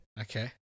okay